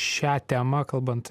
šią temą kalbant